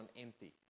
empty